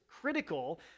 critical